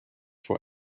for